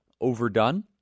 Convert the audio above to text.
overdone